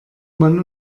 man